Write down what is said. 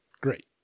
great